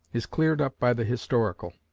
is cleared up by the historical.